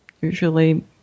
usually